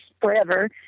forever